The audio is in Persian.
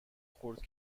خرد